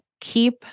keep